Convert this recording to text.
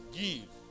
give